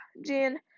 Gene